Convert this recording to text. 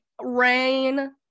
rain